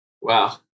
Wow